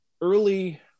early